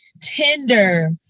tender